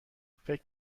فکر